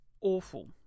awful